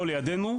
פה לידנו,